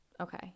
Okay